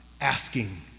asking